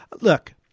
Look